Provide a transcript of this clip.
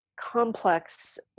complex